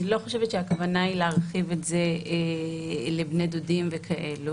אני לא חושבת שהכוונה היא להרחיב את זה לבני דודים וכאלו.